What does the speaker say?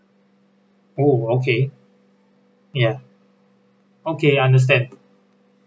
oh okay yeah okay understand